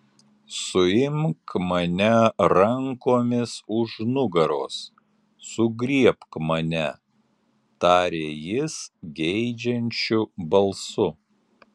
suimk mane rankomis už nugaros sugriebk mane tarė jis geidžiančiu balsu